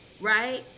Right